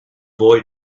boy